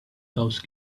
those